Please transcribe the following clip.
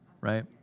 right